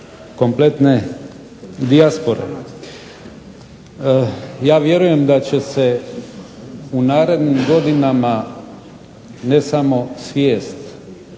kompletne dijaspore. Ja vjerujem da će se u narednim godinama ne samo svijest